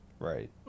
Right